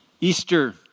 Easter